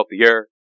healthier